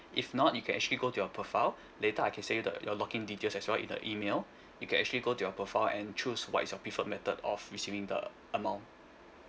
if not you can actually go to your profile later I can send you the your log in details as well in the email you can actually go to your profile and choose what is your preferred method of receiving the amount